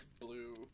blue